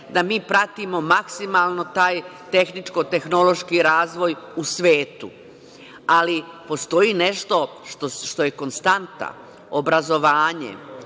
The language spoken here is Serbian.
da mi pratimo maksimalno taj tehničko-tehnološki razvoj u svetu. Ali, postoji nešto što je konstanta, obrazovanje,